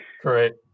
Correct